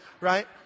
right